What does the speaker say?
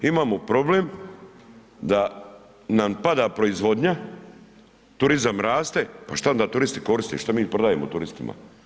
Imamo problem da nam pada proizvodnja, turizam raste, pa šta onda turisti koriste, šta mi prodajemo turistima.